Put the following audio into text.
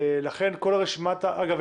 ולכן כל רשימת ה אגב,